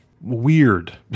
weird